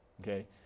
okay